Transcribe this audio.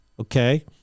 Okay